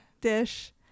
dish